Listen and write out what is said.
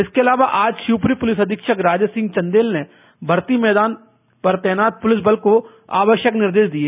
इसके अलावा आज शिवपुरी पुलिस अधीक्षक राजेश सिंह चंदेल ने भर्ती मैदान पर तैनात पुलिसबल को आवश्यक निर्देश दिए